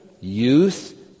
youth